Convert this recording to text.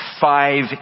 five